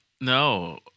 No